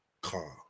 car